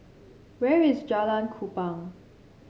where is Jalan Kupang